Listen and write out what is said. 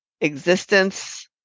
existence